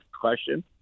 question